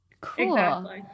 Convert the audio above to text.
Cool